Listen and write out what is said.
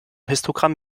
histogramm